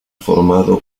formado